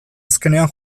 azkenean